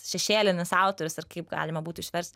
šešėlinis autorius ar kaip galima būtų išverst